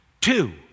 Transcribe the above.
Two